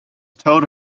told